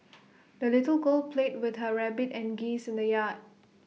the little girl played with her rabbit and geese in the yard